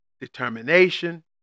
determination